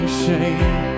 shame